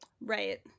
right